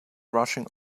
rushing